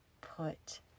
put